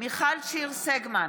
מיכל שיר סגמן,